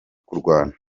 kurwana